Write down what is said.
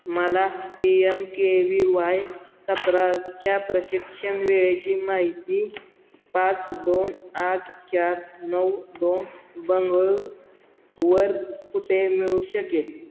मला P M K V Y सत्राच्या प्रशिक्षण वेळेची माहिती पाच दोन आठ चार नऊ दोन बंगळुरूवर कुठे मिळू शकेल